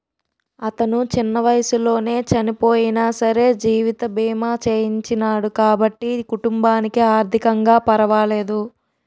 అతను చిన్న వయసులోనే చనియినా సరే జీవిత బీమా చేయించినాడు కాబట్టి కుటుంబానికి ఆర్ధికంగా పరవాలేదు